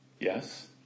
Yes